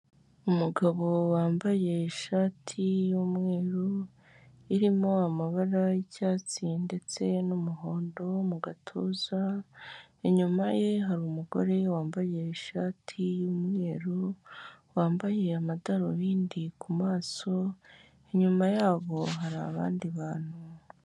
umugabo wambaye ishati y'umweru irimo amabara y'icyatsi ndetse n'umuhondo mu gatuza inyuma ye hari umugore wambaye ishati y'umweru wambaye amadarubindi ku maso inyuma yabo hari abandi bantu.